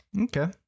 Okay